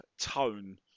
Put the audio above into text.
tone